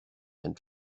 and